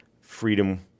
freedom